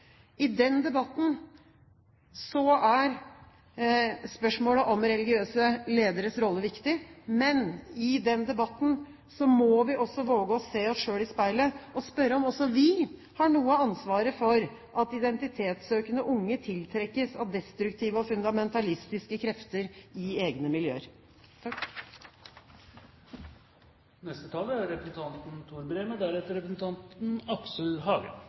I den debatten er spørsmålet om religiøse lederes rolle viktig, men i den debatten må vi også våge å se oss selv i speilet og spørre om også vi har noe av ansvaret for at identitetssøkende unge tiltrekkes av destruktive og fundamentalistiske krefter i egne miljøer. Komiteen er